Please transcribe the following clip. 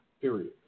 Period